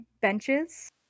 benches